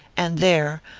and there,